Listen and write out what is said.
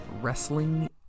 Wrestling